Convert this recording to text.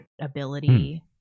ability